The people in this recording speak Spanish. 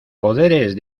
poderes